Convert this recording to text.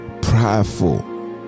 Prideful